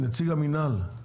נציג המינהל, בבקשה.